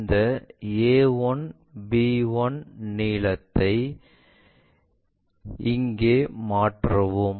இந்த a1 b1 நீளத்தை இங்கு மாற்றவும்